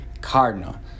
Cardinal